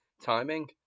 timing